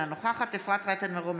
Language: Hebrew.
אינה נוכחת אפרת רייטן מרום,